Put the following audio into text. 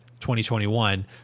2021